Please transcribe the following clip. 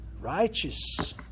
righteous